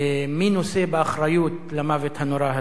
מי נושא באחריות למוות הנורא הזה?